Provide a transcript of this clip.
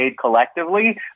collectively